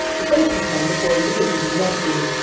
but they pretend the boy is a visiting nephew.